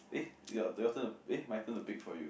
eh you turn to eh my turn to pick for you